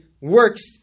works